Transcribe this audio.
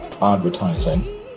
advertising